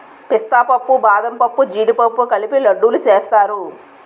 పిస్తా పప్పు బాదంపప్పు జీడిపప్పు కలిపి లడ్డూలు సేస్తారు